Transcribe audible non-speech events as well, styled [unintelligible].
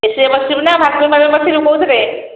AC ରେ ବସିବୁ ନା [unintelligible] କେଉଁଥିରେ